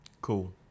Cool